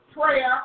prayer